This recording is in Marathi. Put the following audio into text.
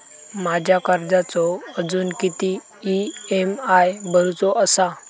माझ्या कर्जाचो अजून किती ई.एम.आय भरूचो असा?